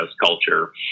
culture